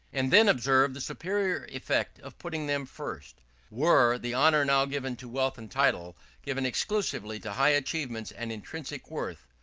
and then observe the superior effect of putting them first were the honour now given to wealth and title given exclusively to high achievements and intrinsic worth,